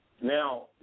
Now